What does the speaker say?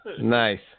nice